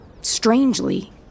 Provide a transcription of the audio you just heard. strangely